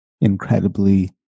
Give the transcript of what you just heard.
incredibly